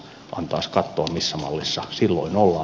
antaas kattoo missä mallissa silloin ollaan